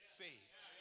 faith